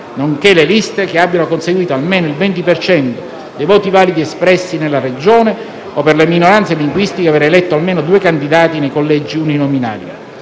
nonché le liste che abbiano conseguito almeno il 20 per cento dei voti validi espressi nella Regione o, per le minoranze linguistiche, aver eletto almeno due candidati nei collegi uninominali.